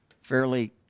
fairly